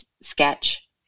sketch